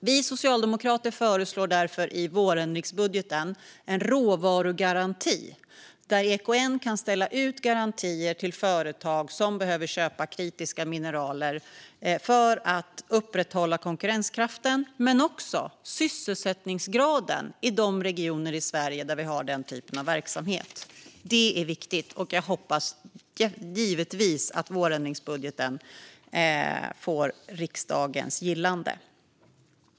Vi socialdemokrater föreslår därför i vårändringsbudgeten en råvarugaranti, där EKN kan ställa ut garantier till företag som behöver köpa kritiska mineral för att upprätthålla konkurrenskraften men också sysselsättningsgraden i de regioner i Sverige där vi har den typen av verksamhet. Det är viktigt, och jag hoppas givetvis att vårändringsbudgeten får riksdagens gillande.